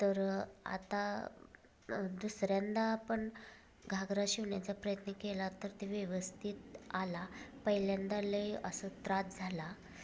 तर आता दुसऱ्यांदा आपण घागरा शिवण्याचा प्रयत्न केला तर ते व्यवस्थित आला पहिल्यांदा लई असं त्रास झाला